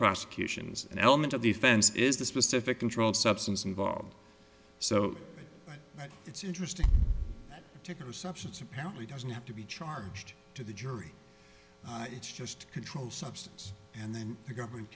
prosecutions an element of the offense is the specific controlled substance involved so it's interesting that ticket or substance apparently doesn't have to be charged to the jury it's just controlled substance and then the government